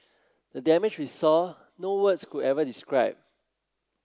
the damage we saw no words could ever describe